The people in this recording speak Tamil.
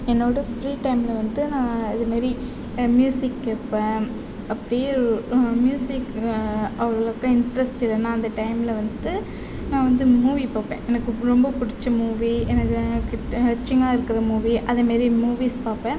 என்னோட ஃப்ரீ டைமில் வந்து நான் அது மாரி மியூசிக் கேட்பேன் அப்படியே மியூசிக்கில் அவ்வளோக்கு இன்ட்ரெஸ்ட்டு இல்லைனா அந்த டைமில் வந்தது நான் வந்து மூவி பார்ப்பேன் எனக்கு ரொம்ப பிடிச்ச மூவி என் கிட்டே டச்சிங்காக இருக்கிற மூவி அதே மாரி மூவிஸ் பார்ப்பேன்